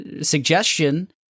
suggestion